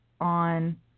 on